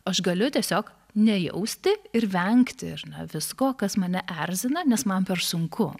aš galiu tiesiog nejausti ir vengti ar ne visko kas mane erzina nes man per sunku